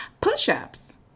Push-ups